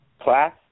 Class